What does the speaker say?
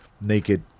naked